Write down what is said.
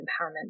empowerment